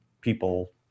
people